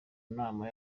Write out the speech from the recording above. nama